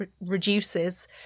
reduces